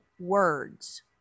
words